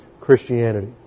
Christianity